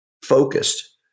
focused